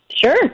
Sure